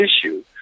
issue